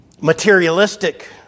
materialistic